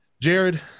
jared